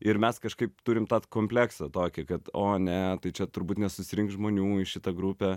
ir mes kažkaip turim tą kompleksą tokį kad o ne tai čia turbūt nesusirinks žmonių į šitą grupę